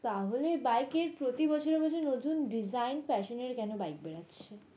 তাহলে বাইকের প্রতি বছরের বছর নতুন ডিজাইন ফ্যাশনের কেন বাইক বেড়াচ্ছে